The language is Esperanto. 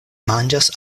manĝas